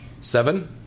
seven